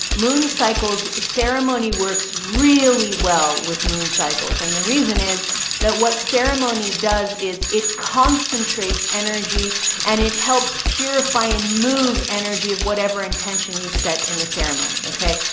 moon cycles, ceremony works really well with moon cycles. and the reason is that what ceremony does is it concentrates energy and it helps purify and move energy of whatever intention you set in a ceremony. okay?